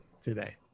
today